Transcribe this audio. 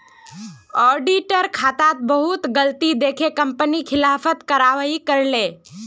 auditor खातात बहुत गलती दखे कंपनी खिलाफत कारवाही करले